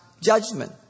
judgment